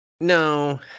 No